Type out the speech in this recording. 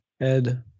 Ed